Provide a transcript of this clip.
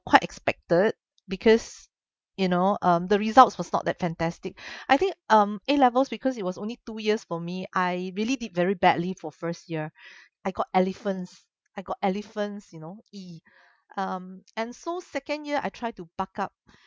quite expected because you know um the results was not that fantastic I think um A levels because it was only two years for me I really did very badly for first year I got elephants I got elephants you know E um and so second year I try to buck up